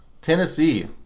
Tennessee